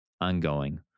ongoing